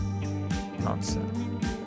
nonsense